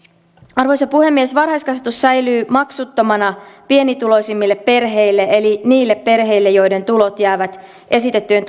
arvoisa puhemies varhaiskasvatus säilyy maksuttomana pienituloisimmille perheille eli niille perheille joiden tulot jäävät esitettyjen